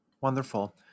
Wonderful